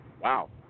Wow